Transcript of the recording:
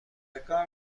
میکند